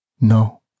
No